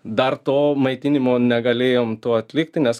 dar to maitinimo negalėjom to atlikti nes